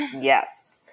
Yes